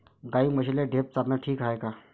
गाई म्हशीले ढेप चारनं ठीक हाये का?